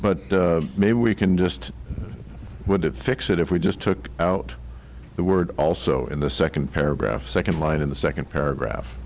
but maybe we can just wouldn't fix it if we just took out the word also in the second paragraph second line in the second paragraph